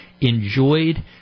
enjoyed